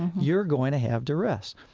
you're going to have duress.